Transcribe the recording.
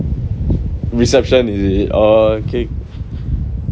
reception is it oh okay